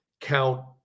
count